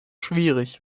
schwierig